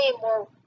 more